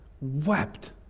Wept